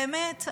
באמת,